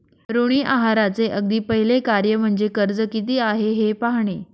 ऋण आहाराचे अगदी पहिले कार्य म्हणजे कर्ज किती आहे हे पाहणे